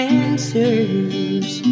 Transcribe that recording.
answers